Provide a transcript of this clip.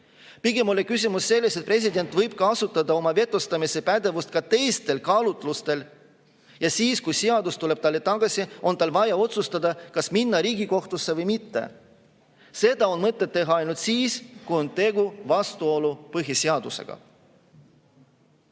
Pigem oli küsimus selles, et president võib kasutada oma vetostamise pädevust ka teistel kaalutlustel ja siis, kui seadus tuleb talle tagasi, on tal vaja otsustada, kas minna Riigikohtusse või mitte. Seda on mõtet teha ainult siis, kui on vastuolu põhiseadusega.